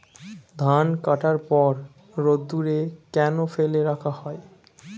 ধান কাটার পর রোদ্দুরে কেন ফেলে রাখা হয়?